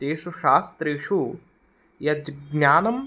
तेषु शास्त्रेषु यज्ज्ञानं